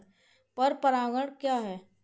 पर परागण क्या है?